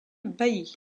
bailly